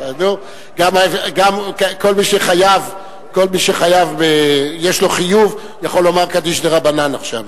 כל מי שיש לו חיוב, יכול לומר "קדיש דרבנן" עכשיו.